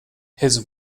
his